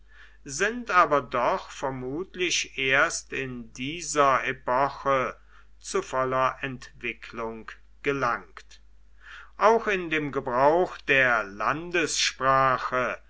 sind aber doch vermutlich erst in dieser epoche zu voller entwicklung gelangt auch in dem gebrauch der